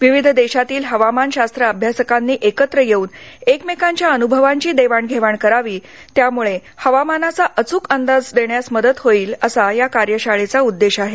विविध देशांतील हवामानशास्त्र अभ्यासकांनी एकत्र येऊन एकमेकांच्या अनुभवांची देवाण घेवाण करावी त्यामुळे हवामानाचा अच्रक अंदाज देण्यास मदत होईल असा या कार्यशाळेचा उद्देश आहे